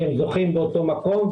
כי הם זוכים באותו מקום,